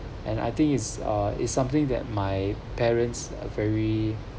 and I think it's ah it's something that my parents are very